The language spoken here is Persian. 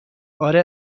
آره